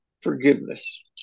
forgiveness